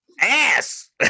Ass